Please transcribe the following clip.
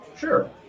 Sure